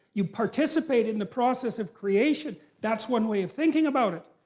you participate in the process of creation. that's one way of thinking about it.